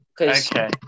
Okay